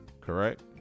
correct